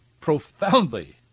profoundly